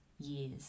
years